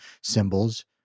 symbols